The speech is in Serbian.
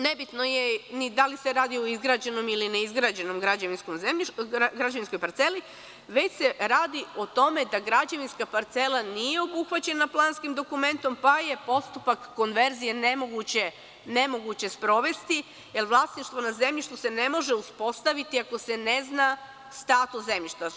Nebitno je ni da li se radi o izgrađenoj ili neizgrađenoj građevinskoj parceli, već se radi o tome da građevinska parcela nije obuhvaćena planskim dokumentom, pa je postupak konverzije nemoguće sprovesti, jer vlasništvo nad zemljištem se ne može uspostaviti ako se ne zna status zemljišta.